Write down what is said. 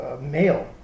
male